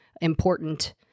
important